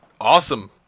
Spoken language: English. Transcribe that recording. Awesome